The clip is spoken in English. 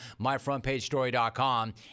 MyFrontPageStory.com